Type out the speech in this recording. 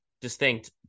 distinct